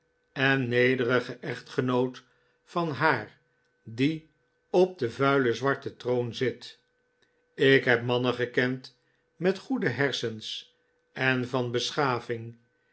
echtgenoot van haar die op den vuilen zwarten troon zit ik heb mannen gekend met goede hersens en van beschaving